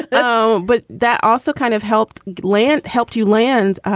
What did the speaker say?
um but that also kind of helped land. helped you land.